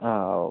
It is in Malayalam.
ആ ഓക്കെ